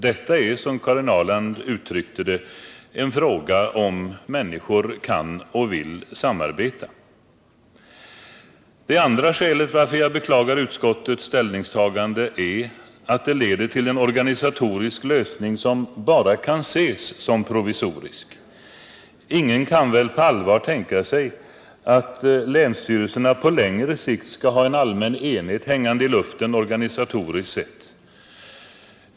Detta är, som Karin Ahrland uttryckte det, en fråga om huruvida människor kan och vill samarbeta. Det andra skälet till att jag beklagar utskottets ställningstagande är att det leder till en organisatorisk lösning som bara kan anses vara provisorisk. Ingen kan väl på allvar tänka sig att länsstyrelserna på längre sikt skall ha en allmän enhet hängande i luften organisatoriskt sett.